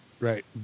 Right